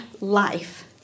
life